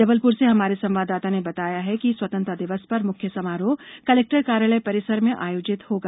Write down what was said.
जबलपुर से हमारे संवाददाता ने बताया है कि स्वतंत्रता दिवस पर मुख्य समारोह कलेक्टर कार्यालय परिसर में आयोजित होगा